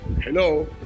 Hello